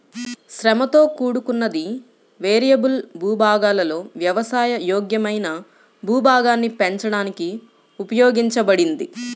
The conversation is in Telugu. శ్రమతో కూడుకున్నది, వేరియబుల్ భూభాగాలలో వ్యవసాయ యోగ్యమైన భూభాగాన్ని పెంచడానికి ఉపయోగించబడింది